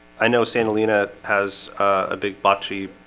i know santa lena has a big bocce